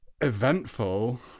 eventful